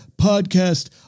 podcast